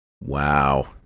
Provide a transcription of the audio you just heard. Wow